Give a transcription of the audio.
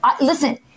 Listen